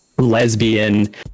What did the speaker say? Lesbian